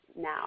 now